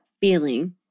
feeling